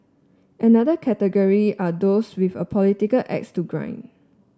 another category are those with a political axe to grind